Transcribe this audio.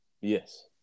Yes